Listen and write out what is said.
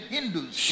Hindus